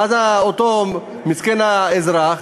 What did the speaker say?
ואז אותו מסכן, האזרח,